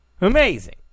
Amazing